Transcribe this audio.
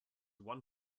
one